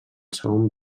segon